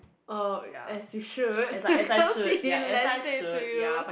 oh as you should because he he lend it to you